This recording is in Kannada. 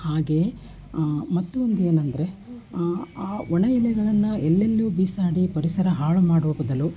ಹಾಗೇ ಮತ್ತೊಂದು ಏನಂದರೆ ಆ ಒಣ ಎಲೆಗಳನ್ನು ಎಲ್ಲೆಲ್ಲೂ ಬಿಸಾಡಿ ಪರಿಸರ ಹಾಳು ಮಾಡುವ ಬದಲು